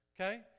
Okay